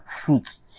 fruits